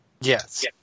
Yes